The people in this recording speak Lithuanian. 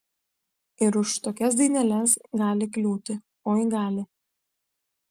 ir už tokias daineles gali kliūti oi gali